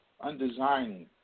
undesigning